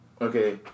Okay